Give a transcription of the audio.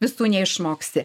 visų neišmoksi